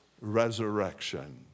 resurrection